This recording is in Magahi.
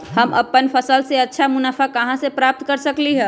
हम अपन फसल से अच्छा मुनाफा कहाँ से प्राप्त कर सकलियै ह?